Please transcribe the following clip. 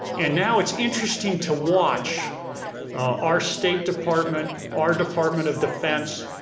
and now it's interesting to watch our state department, our department of defense,